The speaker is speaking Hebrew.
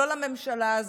לא לממשלה הזאת.